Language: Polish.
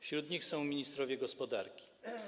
Wśród nich są ministrowie gospodarki.